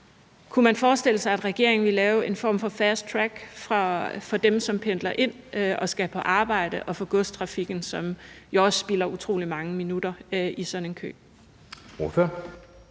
Kunne man forestille sig, at regeringen ville lave en form for fasttrack for dem, som pendler og skal på arbejde, og for dem i godstrafikken, som jo også spilder utrolig mange minutter i sådan en kø?